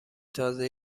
تازه